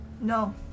No